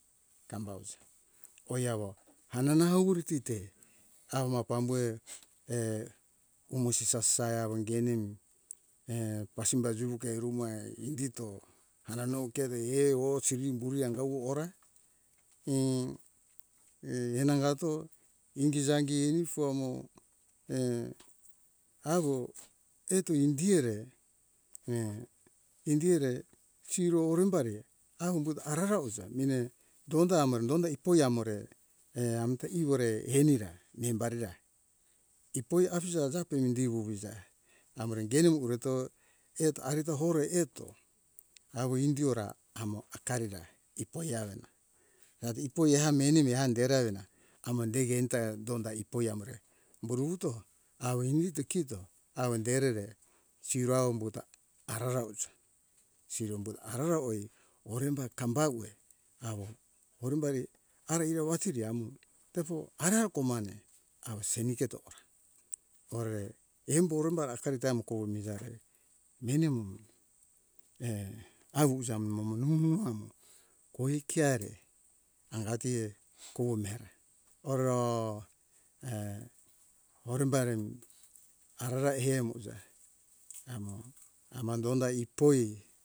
Kamba usa oi awo hananau uriti te awo ma pambuhe err umo sisasa awo ingene mi err pasimba juwuke rumai indito hananou keve err ho sirim buri anga uwora err err henangato ingi zangi anifo amo err awo eto indi ere err indi ere siro orembari awo umbuto arara uza mine donda amore donda ipoi amore er amta iore ani ra nim barira ipoi afija jape indi wuwiza amore ingeni wuwure eto eto harito hore eto awo indi ora amo akarira ipoi arena ave ipoi ameni mi andera arena amo dei anda ipoi amore boru uto awo indi to kito awen derere siro au umbuta arara uja siro buda arara oi oremba kambauwe awo orum bari ara ire wasiri amo tefo ahara ko mane awo seni keto hora orere embo orimbara akarim emoko miza re meni mo err awuza amomo nu amo koi keare angatie kowo mihera oro err orembari arara eha miuza amo ama dondai ipoi